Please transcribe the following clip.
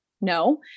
No